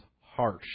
harsh